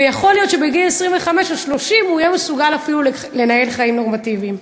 ויכול להיות שבגיל 25 או 30 הוא יהיה מסוגל אפילו לנהל חיים נורמטיביים.